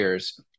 years